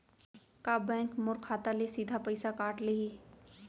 का बैंक मोर खाता ले सीधा पइसा काट लिही?